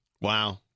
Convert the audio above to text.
Wow